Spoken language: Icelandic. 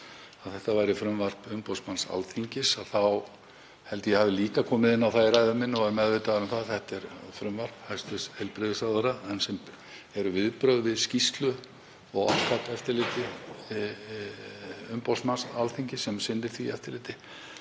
að þetta væri frumvarp umboðsmann Alþingis þá held ég að ég hafi líka komið inn á það í ræðu minni og er meðvitaður um það að þetta er frumvarp hæstv. heilbrigðisráðherra sem er viðbrögð við skýrslu og OPCAT-eftirliti umboðsmanns Alþingis sem sinnir því eftirliti.